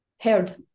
heard